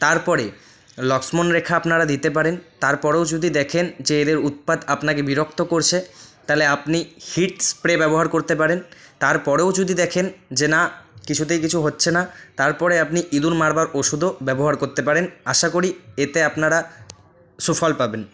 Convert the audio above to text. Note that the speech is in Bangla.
তারপরে লক্ষ্মণরেখা আপনারা দিতে পারেন তারপরেও যদি দেখেন যে এদের উৎপাত আপনাকে বিরক্ত করছে তাহলে আপনি হিট স্প্রে ব্যবহার করতে পারেন তারপরেও যদি দেখেন যে না কিছুতেই কিছু হচ্ছেনা তারপরে আপনি ইঁদুর মারবার ওষুধও ব্যবহার করতে পারেন আশা করি এতে আপনারা সুফল পাবেন